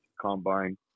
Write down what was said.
Combine